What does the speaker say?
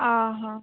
ᱦᱮᱸ ᱦᱮᱸ